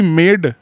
made